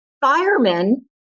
firemen